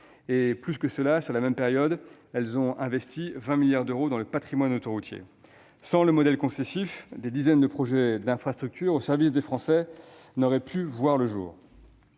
En plus de cela, sur la même période, elles ont investi 20 milliards d'euros dans le patrimoine autoroutier. Sans le modèle concessif, des dizaines de projets d'infrastructures, au service des Français, n'auraient pu voir le jour.